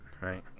right